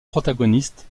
protagonistes